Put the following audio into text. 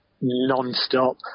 non-stop